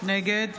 נגד